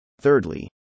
Thirdly